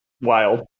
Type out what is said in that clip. wild